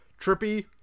Trippy